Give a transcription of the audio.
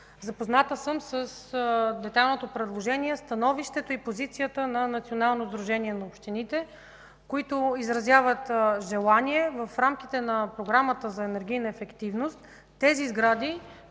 Запозната съм със детайлното предложение, становището и позицията на Националното сдружение на общините, което изрази желание в рамките на Програмата за енергийна ефективност за сградите,